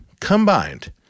combined